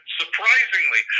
surprisingly